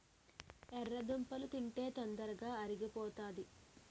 ఎర్రదుంపలు తింటే తొందరగా అరిగిపోతాది